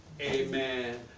Amen